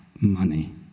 money